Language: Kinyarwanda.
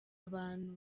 abantu